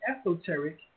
esoteric